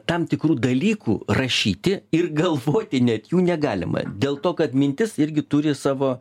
tam tikrų dalykų rašyti ir galvoti net jų negalima dėl to kad mintis irgi turi savo